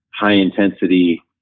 high-intensity